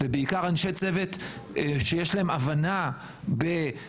ובעיקר אנשי צוות שיש להם הבנה בהנגשה,